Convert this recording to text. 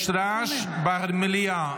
יש רעש במליאה.